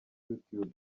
youtube